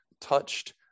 touched